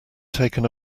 taken